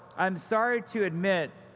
i'm sorry to admit,